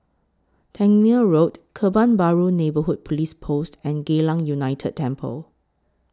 Tangmere Road Kebun Baru Neighbourhood Police Post and Geylang United Temple